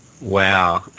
Wow